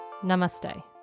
Namaste